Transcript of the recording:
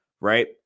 right